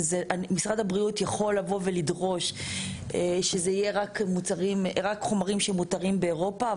משרד הבריאות יכול לבוא ולדרוש שאלה יהיו רק חומרים שמותרים באירופה,